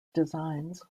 designs